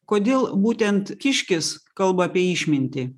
kodėl būtent kiškis kalba apie išmintį